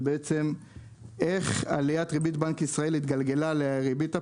זה איך עליית ריבית בנק ישראל התגלגלה לריבית הפיקדונות,